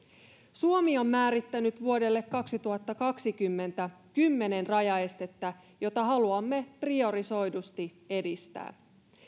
suomi on määrittänyt vuodelle kaksituhattakaksikymmentä kymmenen rajaestettä joita haluamme priorisoidusti edistää